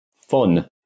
fun